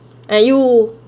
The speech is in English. like you